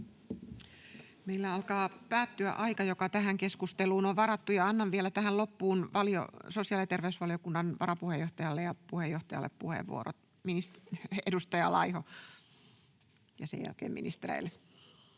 Meillä alkaa päättyä aika, joka tähän keskusteluun on varattu. Annan vielä tähän loppuun sosiaali- ja terveysvaliokunnan varapuheenjohtajalle ja puheenjohtajalle puheenvuorot ja sen jälkeen ministereille.